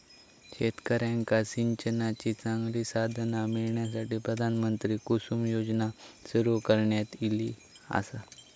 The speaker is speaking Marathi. शेतकऱ्यांका सिंचनाची चांगली साधना मिळण्यासाठी, प्रधानमंत्री कुसुम योजना सुरू करण्यात ईली आसा